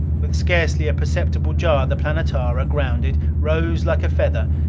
with scarcely a perceptible jar, the planetara grounded, rose like a feather,